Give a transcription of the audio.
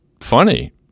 funny